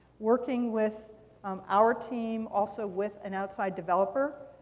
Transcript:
working with um our team, also with an outside developer,